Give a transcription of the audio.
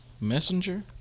messenger